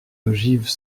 ogives